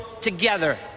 together